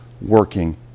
working